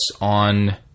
on